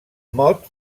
mot